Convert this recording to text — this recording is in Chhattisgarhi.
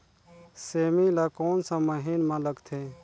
सेमी ला कोन सा महीन मां लगथे?